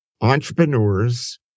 entrepreneurs